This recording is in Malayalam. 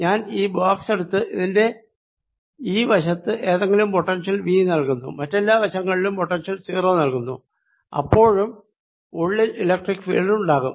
ഞാൻ ഈ ബോക്സ് എടുത്ത് ഈ വശത്തു ഏതെങ്കിലും പൊട്ടൻഷ്യൽ V നൽകുന്നു മറ്റെല്ലാ വശങ്ങളിലും പൊട്ടൻഷ്യൽ 0 നൽകുന്നു ഇപ്പോഴും ഉള്ളിൽ ഇലക്ട്രിക്ക് ഫീൽഡ് ഉണ്ടാകും